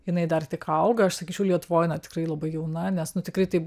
jinai dar tik auga aš sakyčiau lietuvoj na tikrai labai jauna nes nu tikrai taip